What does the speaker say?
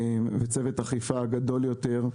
וצוות אכיפה גדול יותר,